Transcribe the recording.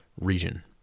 region